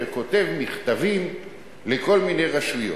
שכותב מכתבים לכל מיני רשויות.